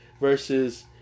versus